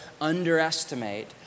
underestimate